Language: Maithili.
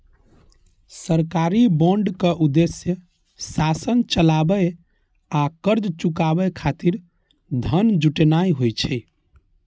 सरकारी बांडक उद्देश्य शासन चलाबै आ कर्ज चुकाबै खातिर धन जुटेनाय होइ छै